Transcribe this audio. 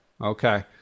Okay